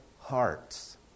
hearts